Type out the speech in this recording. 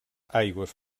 aigües